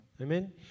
Amen